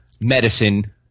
medicine